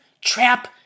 Trap